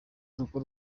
urugo